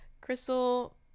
crystal